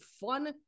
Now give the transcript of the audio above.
fun